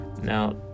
Now